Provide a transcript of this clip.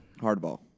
Hardball